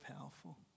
powerful